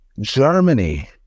Germany